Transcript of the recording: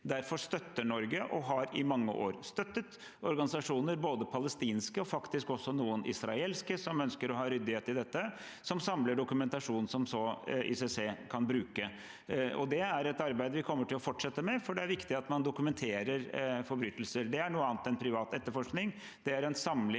Derfor støtter Norge, og har i mange år støttet, både palestinske og faktisk også noen israelske organisasjoner som ønsker å ha ryddighet i dette, og som samler dokumentasjon ICC kan bruke. Det er et arbeid vi kommer til å fortsette med, for det er viktig at man dokumenterer forbrytelser. Det er noe annet enn privat etterforskning. Det er innsamling